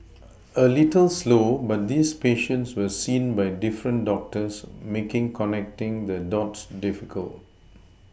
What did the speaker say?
a little slow but these patients were seen by different doctors making connecting the dots difficult